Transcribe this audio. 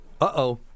uh-oh